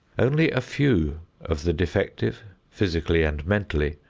only a few of the defective, physically and mentally,